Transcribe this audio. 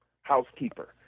Housekeeper